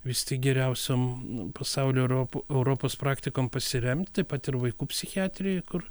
vis tik geriausiom pasaulio ropo europos praktikom pasiremt taip pat ir vaikų psichiatrijoj kur